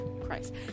Christ